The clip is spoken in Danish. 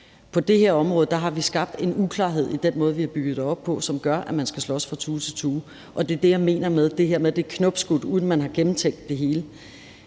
På det her område har vi skabt en uklarhed i den måde, vi har bygget det op på, som gør, at man skal slås fra tue til tue, og det er det, jeg mener med, at det her er knopskudt, uden at man har gennemtænkt det hele.